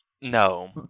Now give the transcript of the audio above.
no